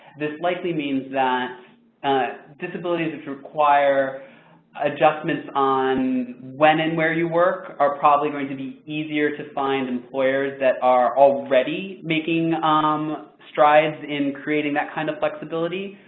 this likely means that disabilities is requiring adjustments on when and where you work are probably going to be easier to find employers that are already making um strides in creating that kind of flexibility.